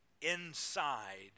inside